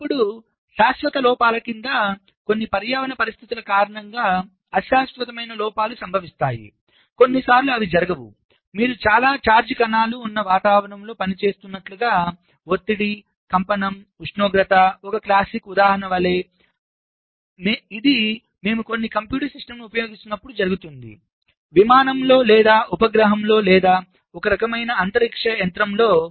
ఇప్పుడు శాశ్వత లోపాల క్రింద కొన్ని పర్యావరణ పరిస్థితుల కారణంగా అశాశ్వతమైన లోపాలు సంభవిస్తాయి కొన్నిసార్లు అవి జరగవు మీరు చాలా చార్జ్డ్ కణాలు ఉన్న వాతావరణంలో పని చేస్తున్నట్లుగా ఒత్తిడి కంపనం ఉష్ణోగ్రతఒక క్లాసిక్ ఉదాహరణ వలె ఇది మేము కొన్ని కంప్యూటర్ సిస్టమ్లను ఉపయోగించినప్పుడు జరుగుతుంది విమానంలో లేదా ఉపగ్రహంలో లేదా ఒక రకమైన అంతరిక్ష యంత్రంలో